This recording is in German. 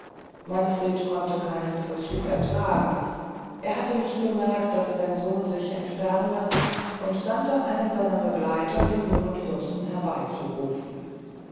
manfred konnte keinen verzug ertragen er hatte nicht bemerkt daß sein sohn sich entferne und sandte einen seiner begleiter den jungen fürsten